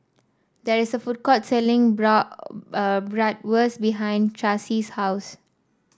there is a food court selling Bratwurst behind Tracey's house